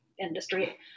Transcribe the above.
industry